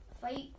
fight